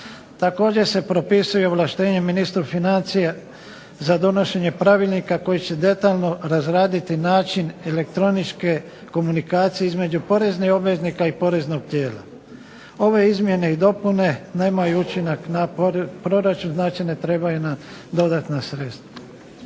Također se propisuje ministru financija za donošenje pravilnika koji će detaljno razraditi način elektroničke komunikacije između poreznih obveznika i poreznog tijela. Osim ovih nekoliko područje koje je naveo i gospodin državni